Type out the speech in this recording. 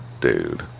dude